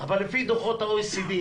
אבל לפי דוחות ה-OECD,